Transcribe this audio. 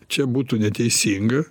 čia būtų neteisinga